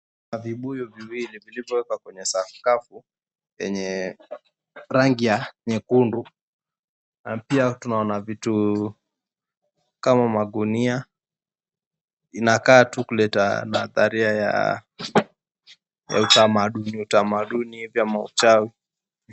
Vibuyu viwili vilivyowekwa kwenye sakafu yenye rangi ya nyekundu na pia tunaona vitu kama magunia inakaa tu kuleta maandhari ya utamaduni utamaduni hivi ama uchawi.